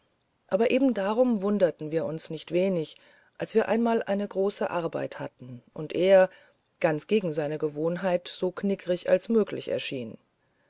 aber eben darum wunderten wir uns nicht wenig als wir einmal eine große arbeit hatten und er ganz gegen seine gewohnheit so knickerig als möglich er